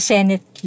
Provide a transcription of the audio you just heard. Senate